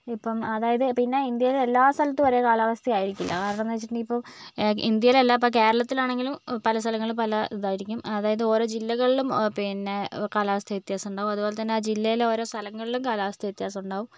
ഇപ്പം അതായത് പിന്നെ ഇന്ത്യയിലെ എല്ലാ സ്ഥലത്തും ഒരേ കാലാവസ്ഥയായിരിക്കയില്ല കാരണം എന്ന് വെച്ചിട്ടുണ്ടെങ്കിൽ ഇപ്പോൾ ഇന്ത്യയിലല്ല ഇപ്പോൾ കേരളത്തിലാണെങ്കിലും പല സ്ഥലങ്ങളിലും പല ഇതായിരിക്കും അതായത് ഓരോ ജില്ലകളിലും പിന്നെ കാലാവസ്ഥ വ്യത്യാസമുണ്ടാകും അത്പോലെത്തന്നെ ജില്ലയിൽ ഓരോ സ്ഥലങ്ങളിലും കാലാവസ്ഥ വ്യത്യാസമുണ്ടാകും